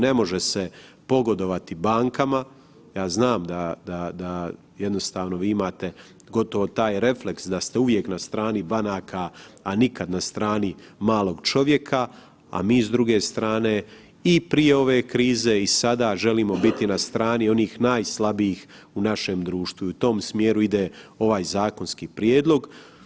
Ne može se pogodovati bankama, ja znam da vi imate gotovo taj refleks da ste uvijek na strani banaka, a nikad na strani malog čovjeka, a mi s druge strane i prije ove krize i sada želimo biti na strani onih najslabijih u našem društvu i u tom smjeru ide ovaj zakonski prijedlog.